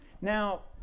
Now